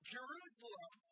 Jerusalem